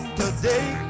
today